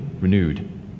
renewed